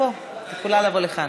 יכולה לבוא לפה.